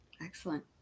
Excellent